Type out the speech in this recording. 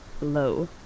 low